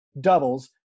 doubles